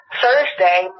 Thursday